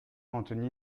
anthony